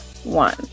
One